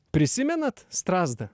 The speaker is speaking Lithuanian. prisimenat strazdą